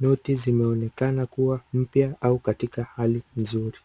Noti zimeonekana kuwa mpya au katika hali nzuri.